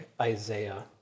Isaiah